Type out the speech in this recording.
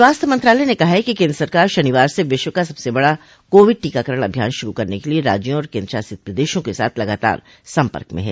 स्वास्थ्य मंत्रालय ने कहा है कि केंद्र सरकार शनिवार से विश्व का सबसे बड़ा कोविड टीकाकरण अभियान शुरू करने के लिए राज्यों और केंद्रशासित प्रदेशों के साथ लगातार सम्पर्क में है